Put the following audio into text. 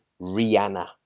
Rihanna